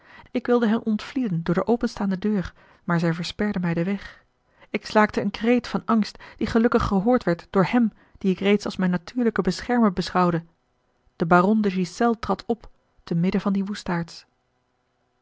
ik wilde hen ontvlieden door de openstaande deur maar zij versperden mij den weg ik slaakte een kreet van angst die gelukkig gehoord werd door hem dien ik reeds als mijn natuurlijken beschermer beschouwde de baron de ghiselles trad op te midden van die